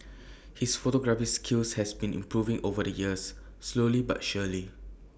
his photography skills have been improving over the years slowly but surely